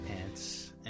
pants